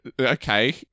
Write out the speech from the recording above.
okay